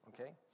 okay